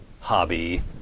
hobby